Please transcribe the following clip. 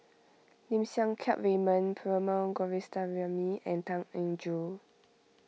Lim Siang Keat Raymond Perumal Govindaswamy and Tan Eng Joo